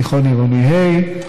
בתיכון עירוני ה',